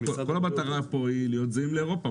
כל המטרה פה היא להיות זהים לאירופה.